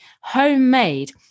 Homemade